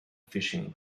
fishing